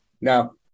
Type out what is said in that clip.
Now